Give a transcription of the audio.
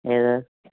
ഏത്